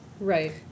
Right